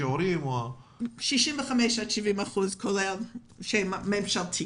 65% 70%, כולל ממשלתי.